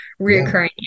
reoccurring